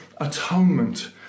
atonement